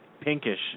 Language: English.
pinkish